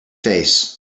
face